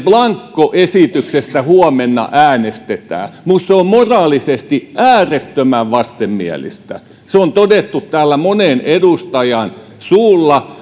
blankoesityksestä huomenna äänestetään minusta on moraalisesti äärettömän vastenmielistä se on todettu täällä monen edustajan suulla